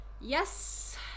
Yes